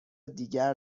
دیگر